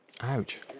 Ouch